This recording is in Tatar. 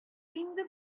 инде